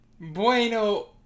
Bueno